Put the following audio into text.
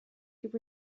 could